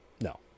No